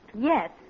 Yes